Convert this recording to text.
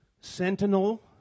Sentinel